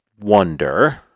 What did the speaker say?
wonder